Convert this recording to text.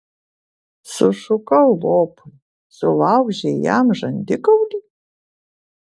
sušukau lopui sulaužei jam žandikaulį